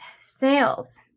sales